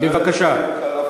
בבקשה.